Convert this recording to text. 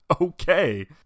okay